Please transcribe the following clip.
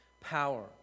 power